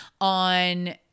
on